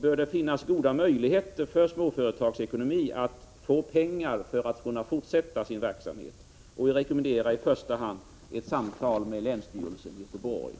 bör det finnas goda möjligheter för Småföretagsekonomi att få pengar för att kunna fortsätta sin verksamhet. Jag rekommenderar i första hand ett samtal med länsstyrelsen i Göteborg.